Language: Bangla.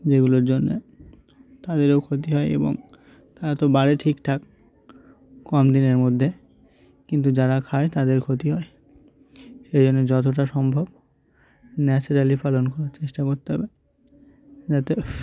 যেগুলোর জন্যে তাদেরও ক্ষতি হয় এবং তারা তো বাড়ে ঠিক ঠাক কম দিনের মধ্যে কিন্তু যারা খায় তাদের ক্ষতি হয় সেই জন্যে যতটা সম্ভব ন্যাচারালি পালন করার চেষ্টা করতে হবে যাতে